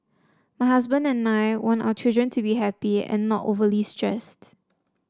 my husband and I want our children to be happy and not overly stressed